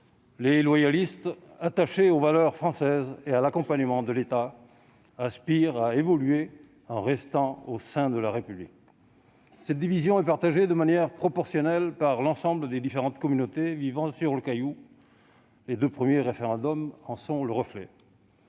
les loyalistes, attachés aux valeurs françaises et à l'accompagnement de l'État, aspirent à évoluer en restant au sein de la République. Cette division est partagée de manière proportionnelle par l'ensemble des différentes communautés vivant sur le Caillou ; les deux premiers référendums en sont le reflet.